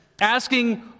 asking